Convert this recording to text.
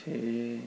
!chey!